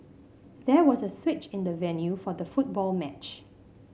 there was a switch in the venue for the football match